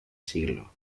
siglo